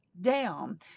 down